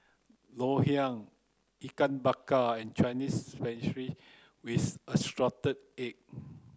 ngoh hiang ikan bakar and Chinese spinach with assorted egg